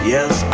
Yes